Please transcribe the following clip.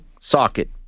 socket